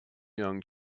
young